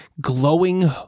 glowing